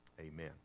Amen